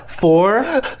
Four